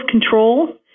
control